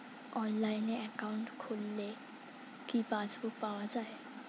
অনলাইনে একাউন্ট খুললে কি পাসবুক পাওয়া যায়?